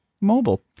mobile